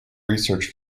research